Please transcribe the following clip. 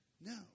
No